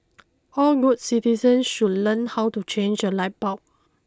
all good citizens should learn how to change a light bulb